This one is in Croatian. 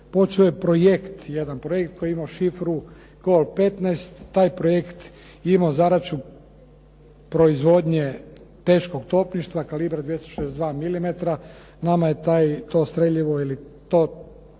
počeo je projekt, jedan projekt koji je imao šifru Koal 15. Taj projekt je imao zadaću proizvodnje teškog topništva kalibra 262 mm. Nama je to streljivo ili to topničko